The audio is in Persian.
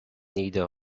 ایده